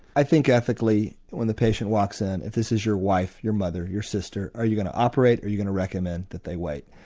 i think ethically when the patient walks in if this is your wife, your mother, your sister are you going to operate or are you going to recommend that they wait.